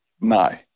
No